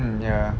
hmm ya